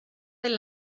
del